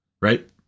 Right